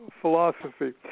philosophy